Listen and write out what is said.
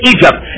Egypt